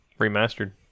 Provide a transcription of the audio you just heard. remastered